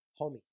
homie